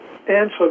answer